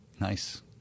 nice